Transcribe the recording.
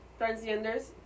transgenders